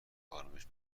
آرامش